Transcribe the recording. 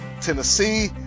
Tennessee